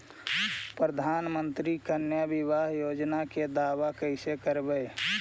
प्रधानमंत्री कन्या बिबाह योजना के दाबा कैसे करबै?